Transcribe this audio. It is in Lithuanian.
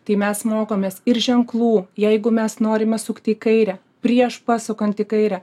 tai mes mokomės ir ženklų jeigu mes norime sukti į kairę prieš pasukant į kairę